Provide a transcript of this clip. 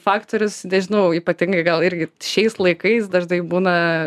faktorius nežinau ypatingai gal irgi šiais laikais dažnai būna